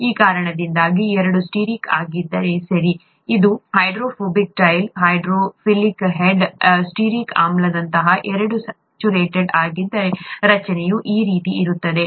ಆ ಕಾರಣದಿಂದಾಗಿ ಎರಡೂ ಸ್ಟಿಯರಿಕ್ ಆಗಿದ್ದರೆ ಸರಿ ಇದು ಇದು hydrophobic tail hydrophilic head stearic ಆಮ್ಲದಂತಹ ಎರಡೂ ಸ್ಯಾಚುರೇಟೆಡ್ ಆಗಿದ್ದರೆ ರಚನೆಯು ಈ ರೀತಿ ಇರುತ್ತದೆ